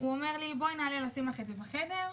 והוא ביקש לבוא איתי כדי לשים את המכשיר בחדר.